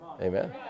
Amen